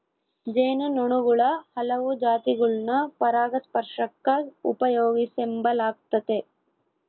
ಜೇನು ನೊಣುಗುಳ ಹಲವು ಜಾತಿಗುಳ್ನ ಪರಾಗಸ್ಪರ್ಷಕ್ಕ ಉಪಯೋಗಿಸೆಂಬಲಾಗ್ತತೆ